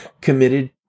committed